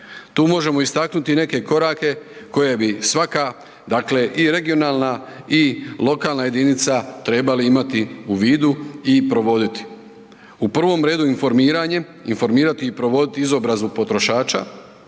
Tu možemo istaknuti i neke korake koje bi svaka dakle i regionalna i lokalna jedinica trebali imati u vidu i provoditi. U prvom redu informiranjem, informirati i provoditi izobrazbu potrošača,